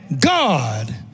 God